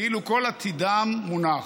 כאילו כל עתידם מונח.